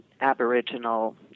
aboriginal